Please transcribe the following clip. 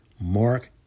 Mark